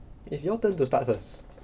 it's your turn to start first